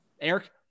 Eric